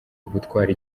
ubutwari